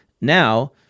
Now